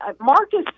Marcus